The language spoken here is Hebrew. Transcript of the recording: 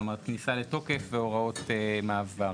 כלומר, כניסה לתוקף והוראות מעבר.